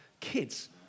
kids